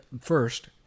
first